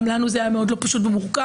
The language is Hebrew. גם לנו זה היה מאוד לא פשוט ומורכב,